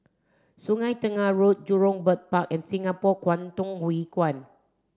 Sungei Tengah Road Jurong Bird Park and Singapore Kwangtung Hui Kuan